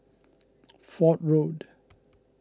Fort Road